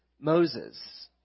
Moses